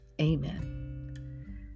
Amen